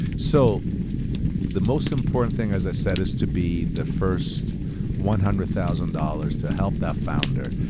so the most important thing as i said is to be the first one hundred thousand dollars to help that founder.